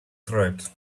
throat